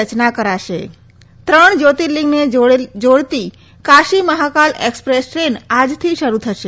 રચના કરાશે ત્રણ જ્યોતિલિંગને જોડતી કાશી મહાકાલ એક્સપ્રેસ ટ્રેન આજથી શરૂ થશે